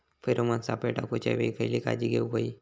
Pheromone सापळे टाकूच्या वेळी खयली काळजी घेवूक व्हयी?